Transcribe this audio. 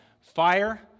fire